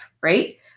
Right